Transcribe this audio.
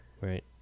right